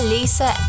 Lisa